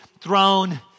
throne